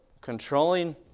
controlling